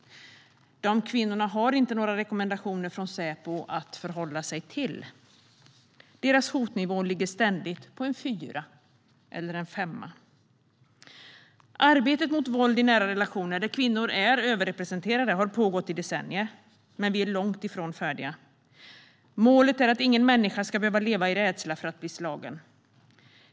De kvinnorna har inte några rekommendationer från Säpo att förhålla sig till. Deras hotnivå ligger ständigt på en fyra eller en femma. Arbetet mot våld i nära relationer, där kvinnor är överrepresenterade, har pågått i decennier. Men vi är långt ifrån färdiga. Målet är att ingen människa ska behöva leva i rädsla för att bli slagen.